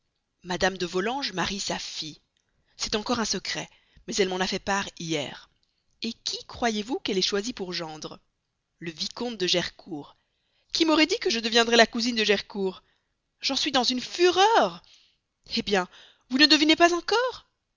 madame de volanges marie sa fille c'est encore un secret mais elle m'en a fait part hier et qui croyez-vous qu'elle ait choisi pour gendre le comte de gercourt qui m'aurait dit que je deviendrais la cousine de gercourt j'en suis dans une fureur eh bien vous ne devinez pas encore